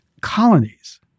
colonies